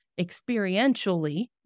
experientially